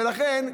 ולכן,